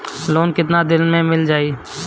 Loan कितना दिन में मिल जाई?